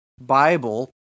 Bible